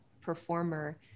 performer